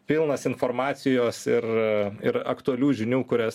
pilnas informacijos ir a ir aktualių žinių kurias